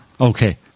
okay